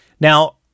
Now